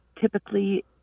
typically